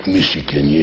Michigan